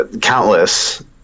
countless